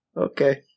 Okay